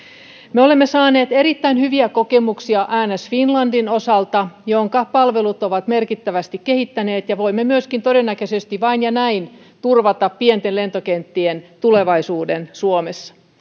me olemme saaneet erittäin hyviä kokemuksia ans finlandin osalta jonka palvelut ovat merkittävästi kehittyneet ja voimme myöskin todennäköisesti vain näin turvata pienten lentokenttien tulevaisuuden suomessa